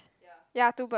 ya two bird